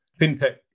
fintech